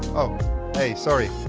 oh hey, sorry.